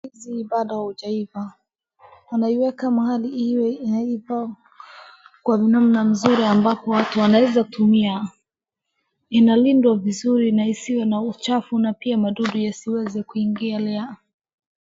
Ndizi bado haujaiva anaiweka mahali iive kwa namna mzuri ambapo watu wanaweza tumia. Inalindwa vizuri na isiwe na uchafu na pia madudu yasiweze kuingilia.